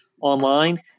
online